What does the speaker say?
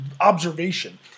observation